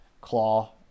claw